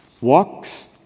walks